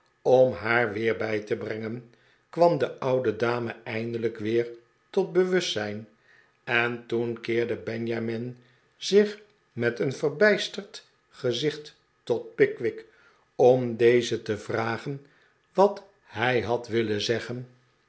om haar weer bij te brengen kwam de oude dame eindelijk weer tot bewustzijn en toen keerde benjamin zich met een verbijsterd gezicht tot pickwick om dezen te vragen wat hij had willen zeggen